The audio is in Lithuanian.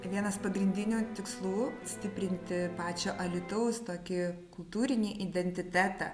vienas pagrindinių tikslų stiprinti pačio alytaus tokį kultūrinį identitetą